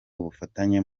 ubufatanye